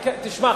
תשמע,